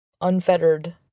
unfettered